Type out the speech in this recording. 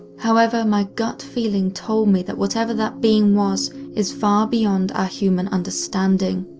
however, my gut feeling told me that whatever that being was is far beyond our human understanding.